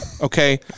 okay